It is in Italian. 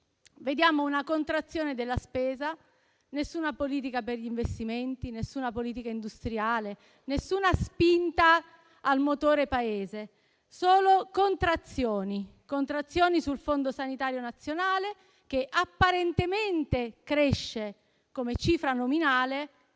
Vediamo una contrazione della spesa, nessuna politica per gli investimenti, nessuna politica industriale, nessuna spinta al motore Paese: solo contrazioni sul fondo sanitario nazionale, che apparentemente cresce come cifra nominale,